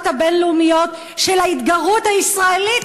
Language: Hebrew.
הבין-לאומיות של ההתגרות הישראלית,